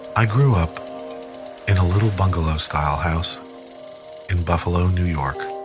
i grew up in a little bungalow-style house in buffalo, new york.